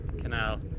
canal